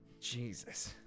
Jesus